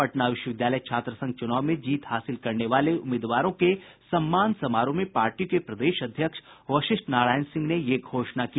पटना विश्वविद्यालय छात्र संघ चुनाव में जीत हासिल करने वाले उम्मीदवारों के सम्मान समारोह में पार्टी के प्रदेश अध्यक्ष वशिष्ठ नारायण सिंह ने ये घोषणा की